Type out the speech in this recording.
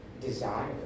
desire